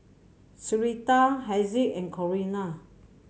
Syreeta Hezzie in Corrina